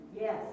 Yes